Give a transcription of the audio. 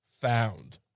found